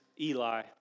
Eli